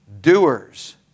doers